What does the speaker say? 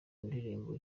ndirimbo